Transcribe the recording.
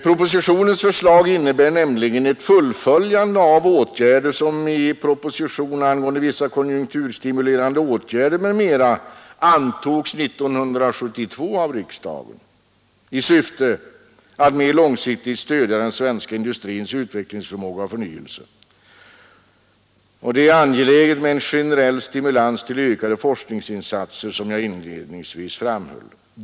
Propositionens förslag innebär nämligen ett fullföljande av åtgärder som i propositionen angående vissa konjunkturstimulerande åtgärder m.m. antogs av riksdagen 1972 i syfte att mer långsiktigt stödja den svenska industrins utvecklingsförmåga och förnyelse. Det är angeläget med en generell stimulans till ökade forskningsinsatser, som jag inledningsvis framhöll.